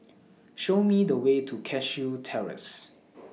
Show Me The Way to Cashew Terrace